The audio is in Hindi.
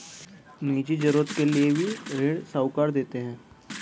निजी जरूरत के लिए भी ऋण साहूकार देते हैं